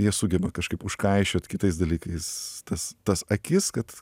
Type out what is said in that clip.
jie sugeba kažkaip užkaišiot kitais dalykais tas tas akis kad